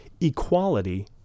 equality